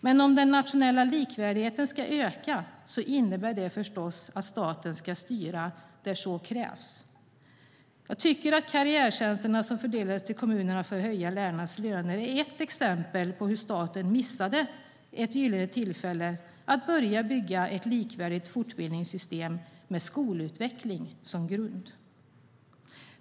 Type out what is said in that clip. Men om den nationella likvärdigheten ska öka innebär det förstås att staten ska styra där så krävs. Karriärtjänsterna som fördelas till kommunerna för att höja lärarnas löner är ett exempel på hur staten missade ett gyllene tillfälle att börja bygga ett likvärdigt fortbildningssystem med skolutveckling som grund.